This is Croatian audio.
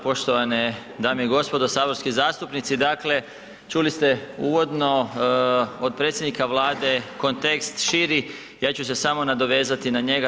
Poštovane dame i gospodo saborski zastupnici, dakle čuli ste uvodno od predsjednika Vlade kontekst širi, ja ću se samo nadovezati na njega.